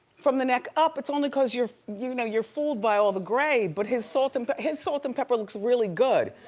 from the neck up it's only cause you know you're fooled by all the gray, but his salt and but his salt and pepper looks really good.